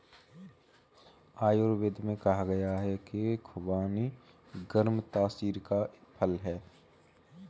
आयुर्वेद में कहा गया है कि खुबानी गर्म तासीर का फल है